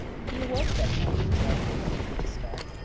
he awoke that morning joyful and eager to start,